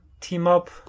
team-up